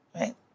right